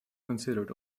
considered